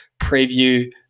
preview